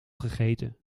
gegeten